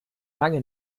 lange